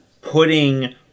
putting